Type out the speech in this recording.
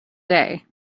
day